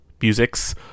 Musics